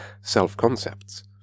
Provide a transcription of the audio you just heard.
self-concepts